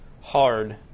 hard